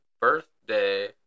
birthday